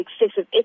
excessive